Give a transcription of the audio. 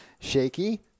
shaky